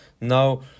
now